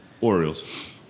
Orioles